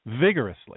vigorously